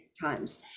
times